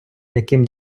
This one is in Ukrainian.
яким